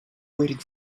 waiting